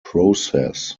process